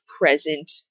present